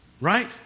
Right